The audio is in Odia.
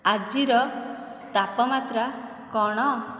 ଆଜିର ତାପମାତ୍ରା କ'ଣ